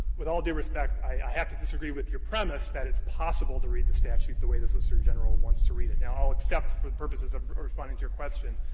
with all due respect, i have to disagree with your premise that it's possible to read the statute the way the solicitor general wants to read it. now i'll accept for purposes of responding to your question,